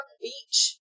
beach